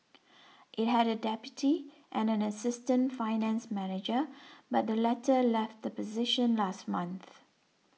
it had a deputy and an assistant finance manager but the latter left the position last month